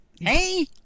hey